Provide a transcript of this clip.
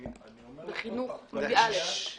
בחינוך --- אני אומר לך עוד פעם.